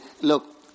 Look